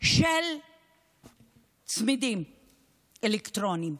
של צמידים אלקטרוניים,